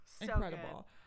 Incredible